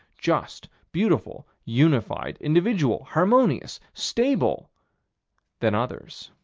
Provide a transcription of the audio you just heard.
just, beautiful, unified, individual, harmonious, stable than others.